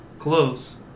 Close